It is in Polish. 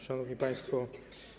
Szanowni Państwo!